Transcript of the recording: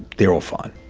they're all fine.